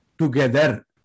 together